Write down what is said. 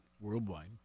worldwide